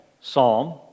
psalm